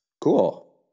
Cool